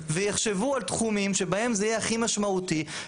ויחשבו על תחומים שבהם זה יהיה הכי משמעותי.